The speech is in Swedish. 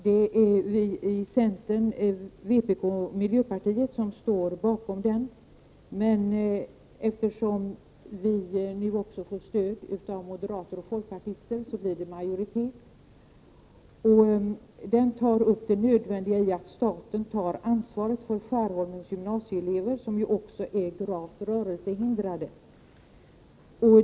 Det är vi i centern, vpk och miljöpartiet som står bakom den, men eftersom vi nu också får stöd av moderater och folkpartister blir det majoritet. Reservationen betonar det nödvändiga i att staten tar ansvaret för Skärholmens gymnasieelever, som ju också är gravt rörelsehindrade.